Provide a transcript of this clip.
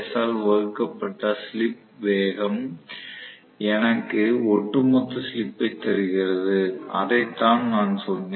all வகுக்கப்பட்ட slip வேகம் எனக்கு ஒட்டுமொத்த ஸ்லிப்பைத் தருகிறது அதை தான் நான் சொன்னேன்